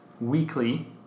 weekly